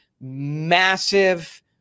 massive